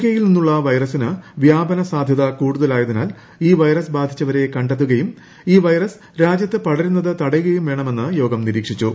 കെയിൽ നിന്നുള്ള വൈറസിന് പ്പ്ട്ട്പന സാധ്യത കൂടുതലായതിനാൽ ഈ വൈറസ് ബാധിച്ചവരെ കണ്ടെത്തുകയും ഈ വൈറസ് രാജ്യത്ത് പടരുന്നത് തടയുകയും വേണം എന്ന് യോഗം നിരീക്ഷിച്ചു